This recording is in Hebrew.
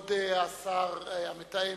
כבוד השר המתאם,